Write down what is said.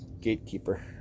gatekeeper